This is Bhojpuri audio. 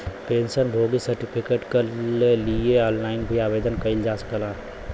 पेंशन भोगी सर्टिफिकेट कल लिए ऑनलाइन भी आवेदन कइल जा सकल जाला